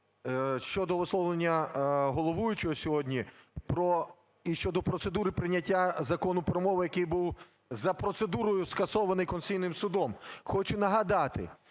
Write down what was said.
Щодо висловлення головуючого сьогодні і щодо процедури прийняття Закону "Про мову", який був за процедурою скасований Конституційним Судом. Хочу нагадати,